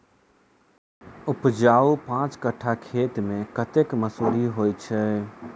उपजाउ पांच कट्ठा खेत मे कतेक मसूरी होइ छै?